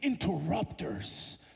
interrupters